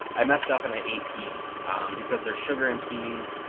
i messed up and i ate peas because there's sugar in peas.